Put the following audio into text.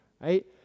right